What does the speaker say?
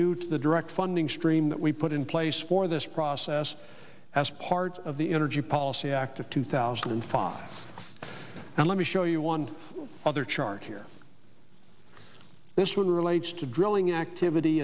due to the direct funding stream that we put in place for this process as part of the energy policy act of two thousand and five and let me show you one other chart here this one relates to drilling activity